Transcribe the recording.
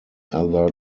other